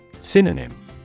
Synonym